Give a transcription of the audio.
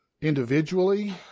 individually